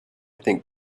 think